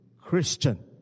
Christian